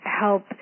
help